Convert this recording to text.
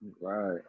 right